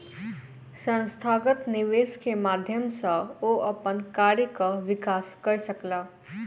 संस्थागत निवेश के माध्यम सॅ ओ अपन कार्यक विकास कय सकला